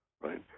right